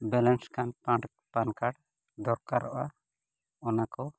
balance ᱠᱷᱟᱱ PAN card ᱫᱚᱨᱠᱟᱨᱚᱜᱼᱟ ᱚᱱᱟ ᱠᱚ